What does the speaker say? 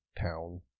town